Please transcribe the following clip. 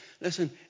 Listen